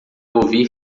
ouvir